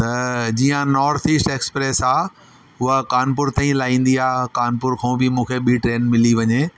त जीअं north east express आहे हूअं कानपुर ताईं लाहींदी आहे कानपुर खां बि मूंखे बि ट्रेन मिली वञे